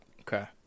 Okay